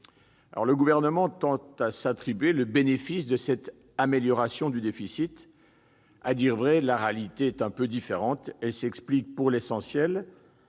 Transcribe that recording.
Le Gouvernement tend à s'attribuer le bénéfice de cette amélioration du déficit. À dire vrai, la réalité est un peu différente, car cette amélioration s'explique, pour l'essentiel,